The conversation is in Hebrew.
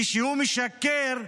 כשהוא משקר,